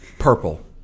Purple